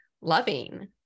loving